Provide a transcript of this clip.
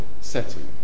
setting